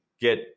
get